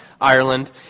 Ireland